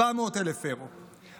400,000 אירו,